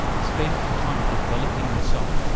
spend time developing yourself.